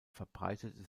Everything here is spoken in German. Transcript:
verbreitete